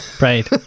Right